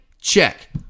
Check